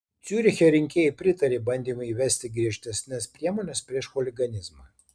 ciuriche rinkėjai pritarė bandymui įvesti griežtesnes priemones prieš chuliganizmą